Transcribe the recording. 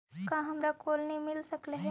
का हमरा कोलनी मिल सकले हे?